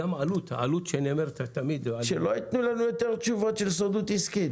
גם העלות שנאמרת -- שלא ייתנו לנו יותר תשובות סודיות עסקית.